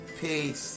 Peace